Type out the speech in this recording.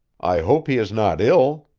i hope he is not ill,